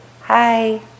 hi